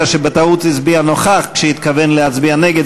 שבטעות הצביע "נוכח" כשהתכוון להצביע נגד.